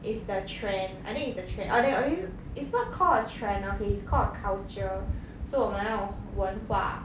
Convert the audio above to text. it's the trend I think it's the trend or then or is not call a trend ah okay it's called a culture 是我们那种文化